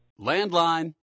Landline